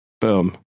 Boom